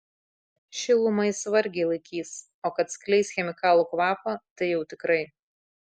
šilumą jis vargiai laikys o kad skleis chemikalų kvapą tai jau tikrai